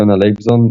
יונה לייבזון,